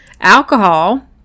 alcohol